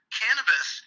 cannabis